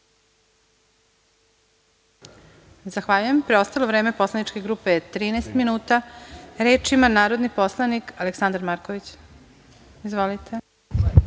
Zahvaljujem. Preostalo vreme poslaničke grupe je 13 minuta. Reč ima narodni poslanik Aleksandar Marković. Izvolite.